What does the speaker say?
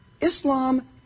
Islam